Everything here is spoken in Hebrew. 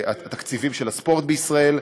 בתקציבים של הספורט בישראל,